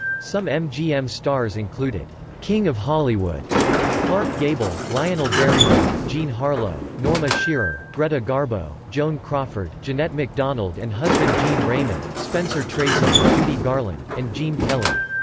some mgm stars included king of hollywood clark gable, lionel barrymore, jean harlow, norma shearer, greta garbo, joan crawford, jeanette macdonald and husband gene raymond, spencer tracy, judy garland, and gene kelly.